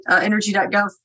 energy.gov